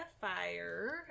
fire